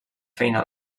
feina